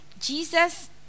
Jesus